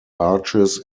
arches